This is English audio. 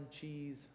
cheese